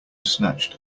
snatched